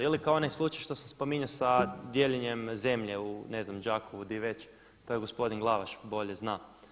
Ili kao onaj slučaj što se spominjao sa dijeljenjem zemlje u ne znam Đakovu gdje već, to gospodin Glavaš bolje zna.